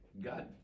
God